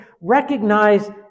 recognize